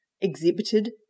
exhibited